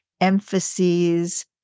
emphases